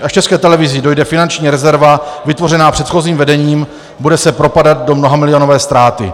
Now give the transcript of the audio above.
Až České televizi dojde finanční rezerva vytvořená předchozím vedením, bude se propadat do mnohamilionové ztráty.